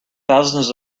thousands